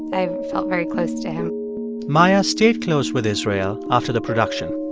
i felt very close to him maia stayed close with israel after the production.